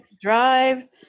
Drive